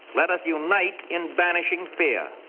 let us unite in banishing fear.